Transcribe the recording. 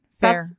fair